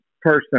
person